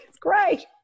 great